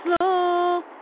slow